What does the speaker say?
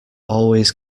always